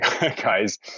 guys